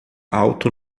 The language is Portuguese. alto